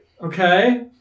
Okay